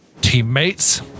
teammates